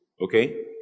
Okay